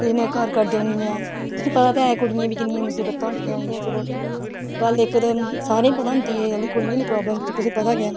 ते इ'नें घर घर देई ओड़नियां तुसें गी पता ऐ कुड़ियें गी भाई किन्नियां मसीबतां होंदियां इ'यां चलो गल्ल इक ते सारें गी पता होंदी एह् आह्ली कुड़ियें आह्ली प्राब्लम ते तुसें गी पता गै ऐ